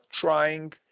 trying